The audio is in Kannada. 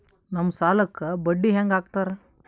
ನಮ್ ಸಾಲಕ್ ಬಡ್ಡಿ ಹ್ಯಾಂಗ ಹಾಕ್ತಾರ?